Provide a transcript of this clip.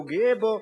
הוא גאה בו.